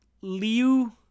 Liu